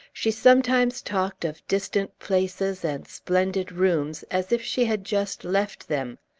she sometimes talked of distant places and splendid rooms, as if she had just left them.